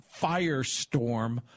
firestorm